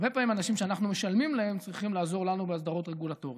הרבה פעמים אנשים שאנחנו משלמים להם עוזרים לנו בבעיות רגולטוריות.